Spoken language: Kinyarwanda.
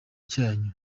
cyanyu